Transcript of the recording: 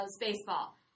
baseball